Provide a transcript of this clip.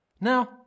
Now